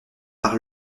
par